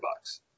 bucks